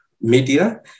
media